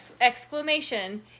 exclamation